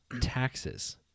taxes